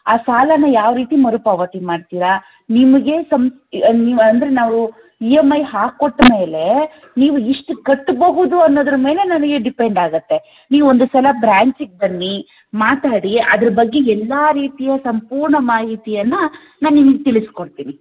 ಆ ಸಾಲನ ಯಾವ ರೀತಿ ಮರುಪಾವತಿ ಮಾಡ್ತೀರಾ ನಿಮಗೆ ಸಂ ನೀವು ಅಂದರೆ ನಾವು ಇ ಎಮ್ ಐ ಹಾಕ್ಕೊಟ್ಟು ಮೇಲೆ ನೀವು ಇಷ್ಟು ಕಟ್ಟಬಹುದು ಅನ್ನೋದ್ರ ಮೇಲೆ ನನಗೆ ಡಿಪೆಂಡ್ ಆಗತ್ತೆ ನೀವು ಒಂದು ಸಲ ಬ್ರಾಂಚಿಗೆ ಬನ್ನಿ ಮಾತಾಡಿ ಅದರ ಬಗ್ಗೆ ಎಲ್ಲ ರೀತಿಯ ಸಂಪೂರ್ಣ ಮಾಹಿತಿಯನ್ನು ನಾನು ನಿಮ್ಗೆ ತಿಳಿಸ್ಕೊಡ್ತೀನಿ